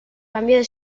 cambió